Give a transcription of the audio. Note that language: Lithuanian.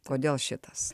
kodėl šitas